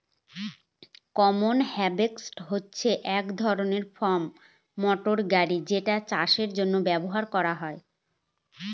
combine harvester হচ্ছে এক ধরনের ফার্ম মটর গাড়ি যেটা চাষের জন্য ব্যবহার করা হয়